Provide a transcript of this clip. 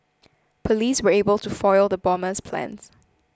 police were able to foil the bomber's plans